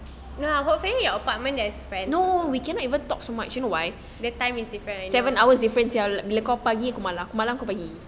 hopefully apartment there's friends also the time is different